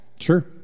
Sure